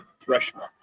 Threshold